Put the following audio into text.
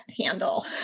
handle